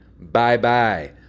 Bye-bye